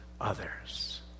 others